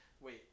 Wait